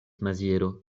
maziero